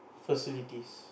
facilities